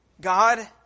God